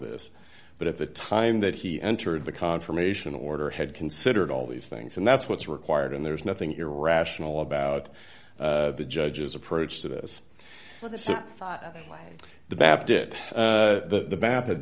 this but at the time that he entered the confirmation order had considered all these things and that's what's required and there's nothing irrational about the judge's approach to this the baptist the bat